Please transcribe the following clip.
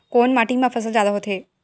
कोन माटी मा फसल जादा होथे?